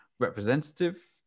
representative